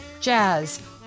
jazz